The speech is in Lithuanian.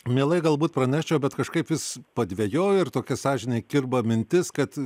mielai galbūt praneščiau bet kažkaip vis padvejoju ir tokia sąžinėj kirba mintis kad